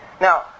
Now